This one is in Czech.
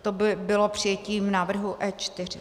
To by bylo přijetím návrhu E4.